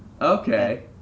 Okay